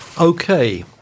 Okay